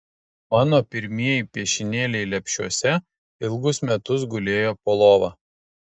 mano pirmieji piešinėliai lepšiuose ilgus metus gulėjo po lova